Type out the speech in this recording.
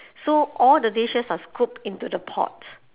so all the dishes are scooped into the pot